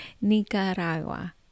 Nicaragua